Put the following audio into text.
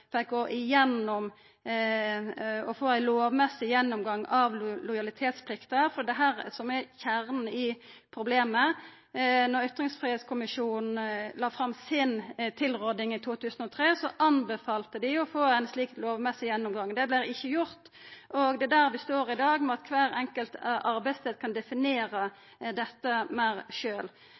ytringsfridomsvernet. Eg vil òg høyra kommentar på forslaget om å få ei eiga stortingsmelding der ein får ein lovmessig gjennomgang av lojalitetsplikta, for det er dette som er kjernen i problemet. Då Ytringsfridomskommisjonen la fram si tilråding i 1999, anbefalte dei ein slik lovmessig gjennomgang. Det vart ikkje gjort, og det er der vi står i dag, at kvar enkelt arbeidsstad kan definera dette meir